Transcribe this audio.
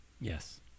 Yes